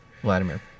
Vladimir